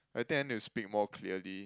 I think I need to speak more clearly